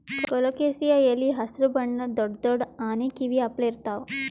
colocasia ಎಲಿ ಹಸ್ರ್ ಬಣ್ಣದ್ ದೊಡ್ಡ್ ದೊಡ್ಡ್ ಆನಿ ಕಿವಿ ಅಪ್ಲೆ ಇರ್ತವ್